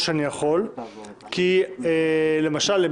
למשל,